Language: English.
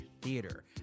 theater